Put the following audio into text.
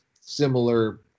similar